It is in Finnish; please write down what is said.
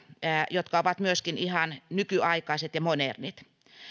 jotka ovat myöskin ihan nykyaikaiset ja modernit